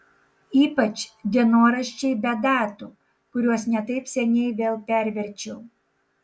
ypač dienoraščiai be datų kuriuos ne taip seniai vėl perverčiau